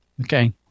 Okay